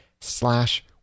slash